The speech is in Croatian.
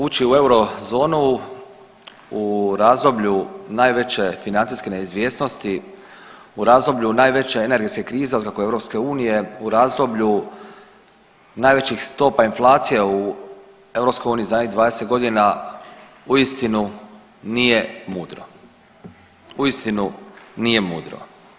Ući u eurozonu u razdoblju najveće financijske neizvjesnosti, u razdoblju najveće energetske krize otkako je EU, u razdoblju najvećih stopa inflacije u EU u zadnjih 20.g. uistinu nije mudro, uistinu nije mudro.